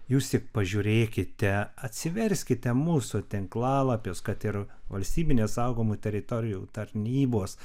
jūs tik pažiūrėkite atsiverskite mūsų tinklalapius kad ir valstybinės saugomų teritorijų tarnybos